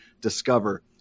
discover